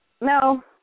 No